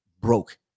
broke